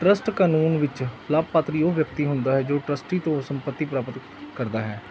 trust ਕਾਨੂੰਨ ਵਿੱਚ ਲਾਭਪਾਤਰੀ ਉਹ ਵਿਅਕਤੀ ਹੁੰਦਾ ਹੈ ਜੋ ਟਰੱਸਟੀ ਤੋਂ ਸੰਪਤੀ ਪ੍ਰਾਪਤ ਕਰਦਾ ਹੈ